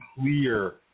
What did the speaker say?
clear